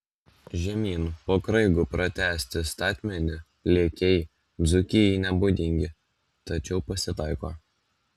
žemyn po kraigu pratęsti statmeni lėkiai dzūkijai nebūdingi tačiau pasitaiko